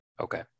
Okay